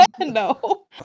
No